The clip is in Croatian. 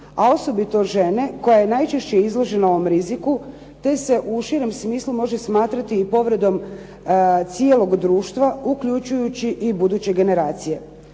a osobito žene koja je najčešće izložena ovom riziku te se u širem smislu može smatrati i povredom cijelog društva uključujući i buduće generacije.